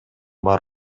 бар